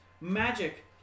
magic